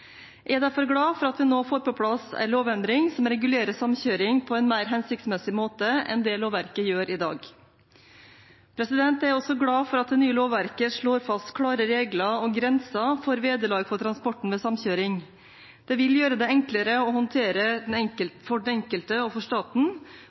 Jeg er derfor glad for at vi nå får på plass en lovendring som regulerer samkjøring på en mer hensiktsmessig måte enn det lovverket gjør i dag. Jeg er også glad for at det nye lovverket slår fast klare regler og grenser for vederlag for transporten ved samkjøring.